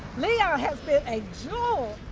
leon has been a jewel,